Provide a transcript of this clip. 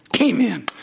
Amen